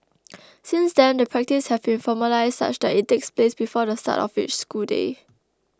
since then the practice has been formalised such that it takes place before the start of each school day